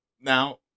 Now